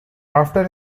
after